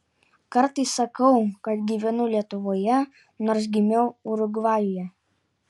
kartais sakau kad gyvenu lietuvoje nors gimiau urugvajuje